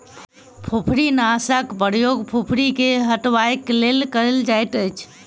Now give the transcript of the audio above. फुफरीनाशकक प्रयोग फुफरी के हटयबाक लेल कयल जाइतअछि